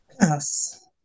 yes